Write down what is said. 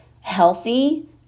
healthy